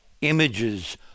images